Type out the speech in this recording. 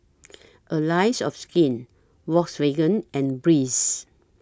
Allies of Skin Volkswagen and Breeze